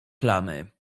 plamy